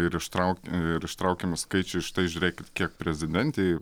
ir ištraukti ir ištraukiami skaičiai štai žiūrėkit kiek prezidentei